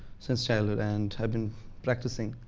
since childhood and i've been practicing.